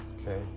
okay